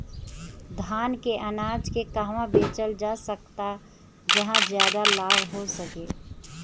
धान के अनाज के कहवा बेचल जा सकता जहाँ ज्यादा लाभ हो सके?